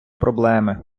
проблеми